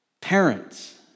parents